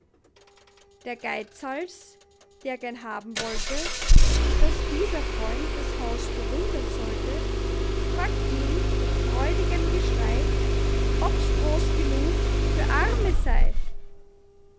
der geizhals der gern haben wollte daß dieser freund das haus bewundern sollte fragt ihn mit freudigem geschrei obs groß genug für arme sei